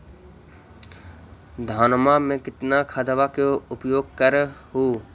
धानमा मे कितना खदबा के उपयोग कर हू?